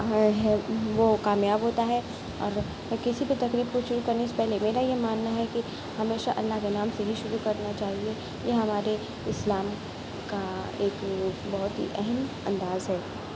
ہے ہے وہ کامیاب ہوتا ہے اور کسی بھی تقریب کو شروع کرنے سے پہلے میرا یہ ماننا ہے کہ ہمیشہ اللہ کے نام سے ہی شروع کرنا چاہیے یہ ہمارے اسلام کا ایک بہت ہی اہم انداز ہے